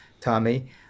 Tommy